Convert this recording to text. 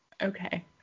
Okay